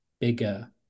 bigger